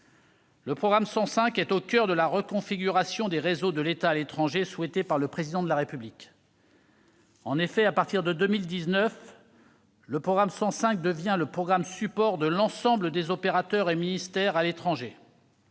Le programme 105 est au coeur de la reconfiguration des réseaux de l'État à l'étranger souhaitée par le Président de la République. En effet, à partir de 2019, le programme 105 devient le programme support de l'ensemble des opérateurs et ministères à l'étranger.